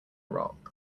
rock